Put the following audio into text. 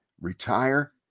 retire